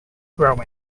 grow